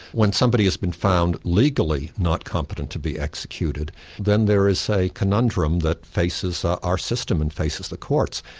when somebody has been found legally not competent to be executed then there is a conundrum that faces our system and faces the courts,